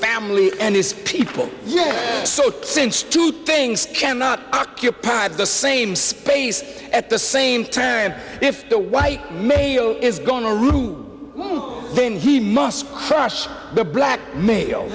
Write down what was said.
family and his people so since two things cannot occupy the same space at the same time if the white male is going to rule then he must crush the black male